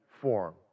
form